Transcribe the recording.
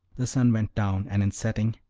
the sun went down, and in setting,